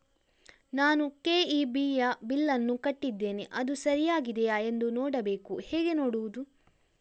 ನಾನು ಕೆ.ಇ.ಬಿ ಯ ಬಿಲ್ಲನ್ನು ಕಟ್ಟಿದ್ದೇನೆ, ಅದು ಸರಿಯಾಗಿದೆಯಾ ಎಂದು ನೋಡಬೇಕು ಹೇಗೆ ನೋಡುವುದು?